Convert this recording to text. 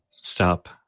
stop